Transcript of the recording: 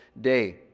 day